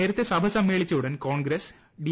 നേരത്തെ സഭ സമ്മേളിച്ച ഉടൻ കോൺഗ്രസ് ഡി